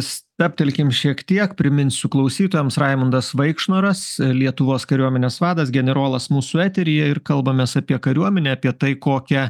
stabtelkim šiek tiek priminsiu klausytojams raimundas vaikšnoras lietuvos kariuomenės vadas generolas mūsų eteryje ir kalbamės apie kariuomenę apie tai kokią